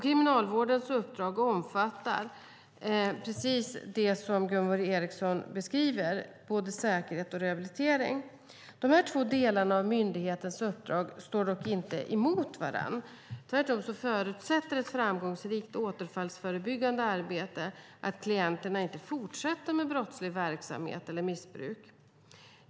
Kriminalvårdens uppdrag omfattar, precis som Gunvor G Ericson beskriver det, både säkerhet och rehabilitering. Dessa två delar av myndighetens uppdrag står dock inte emot varandra. Tvärtom förutsätter ett framgångsrikt återfallsförebyggande arbete att klienterna inte fortsätter med brottslig verksamhet eller missbruk.